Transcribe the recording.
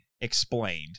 explained